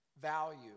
value